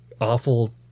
awful